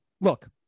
Look